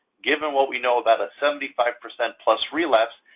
given what we know about a seventy five percent plus relapse,